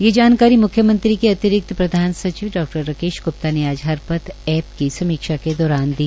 यह जानकारी म्ख्यमंत्री के अतिरिक्त प्रधान सचिव डॉ॰ राकेश ग्प्ता ने आज हरपथ एप की समीक्षा के दौरान दी